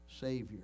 Savior